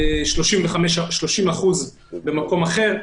30% במקום אחר.